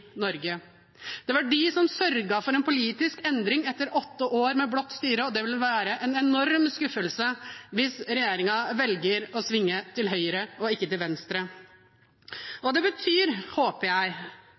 Norge. Det var de som sørget for en politisk endring etter åtte år med blått styre, og det vil være en enorm skuffelse hvis regjeringen velger å svinge til høyre og ikke til venstre.